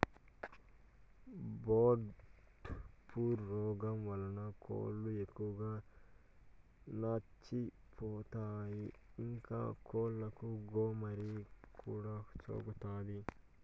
bird flu రోగం వలన కోళ్ళు ఎక్కువగా చచ్చిపోతాయి, ఇంకా కోళ్ళకు గోమారి కూడా సోకుతాది